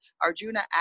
Arjuna